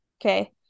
Okay